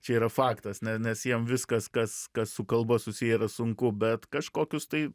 čia yra faktas ne nes jiem viskas kas kas su kalba susiję yra sunku bet kažkokius tai